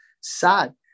sad